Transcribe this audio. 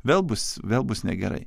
vėl bus vėl bus negerai